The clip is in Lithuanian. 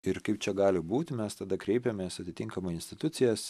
ir kaip čia gali būti mes tada kreipėmės atitinkamai institucijas